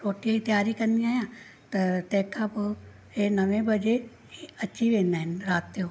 रोटीअ जी तयारी कंदी आहियां त तंहिंखां पोइ हे नवे बजे अची वेंदा आहिनि राति जो